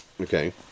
Okay